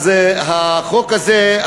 אז החוק הזה,